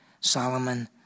solomon